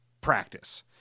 practice